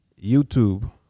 YouTube